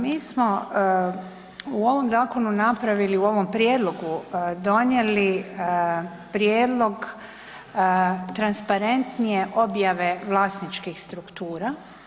Mi smo u ovom zakonu, u ovom prijedlogu donijeli prijedlog transparentnije objave vlasničkih struktura.